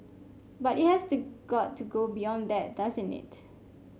but it has to got to go beyond that doesn't it